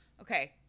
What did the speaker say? Okay